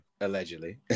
allegedly